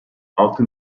altı